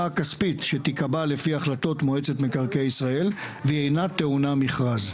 הכספית שתיקבע לפי החלטות מועצת מקרקעי ישראל והיא אינה טעונה מכרז".